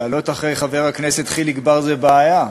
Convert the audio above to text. לעלות אחרי חבר הכנסת חיליק בר זו בעיה,